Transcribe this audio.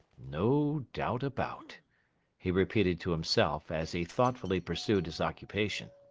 no doubt a-bout he repeated to himself, as he thoughtfully pursued his occupation.